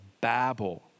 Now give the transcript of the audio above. babble